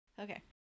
Okay